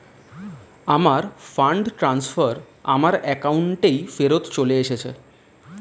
আমার fund transfer আমার অ্যাকাউন্টেই ফেরত চলে এসেছে